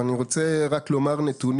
אני רק רוצה לומר נתונים.